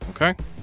Okay